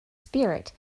spirit